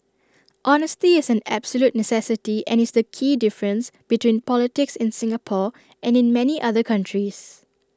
honesty is an absolute necessity and is the key difference between politics in Singapore and in many other countries